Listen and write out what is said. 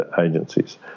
agencies